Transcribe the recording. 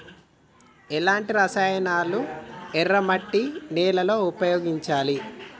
ఎలాంటి రసాయనాలను ఎర్ర మట్టి నేల లో ఉపయోగించాలి?